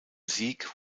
sieg